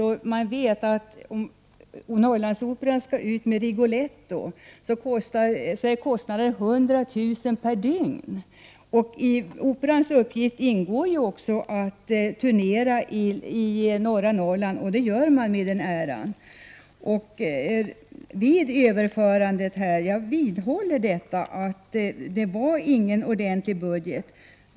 Om Norrlandsoperan skall resa ut med Rigoletto, är kostnaden 100 000 kr. per dygn. I operans uppgift ingår ju också att turnera i norra Norrland, och det gör operan med den äran. Jag vidhåller att det vid överförandet inte fanns någon ordentlig budget.